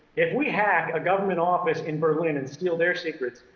if we hack a government office in berlin and steal their secrets,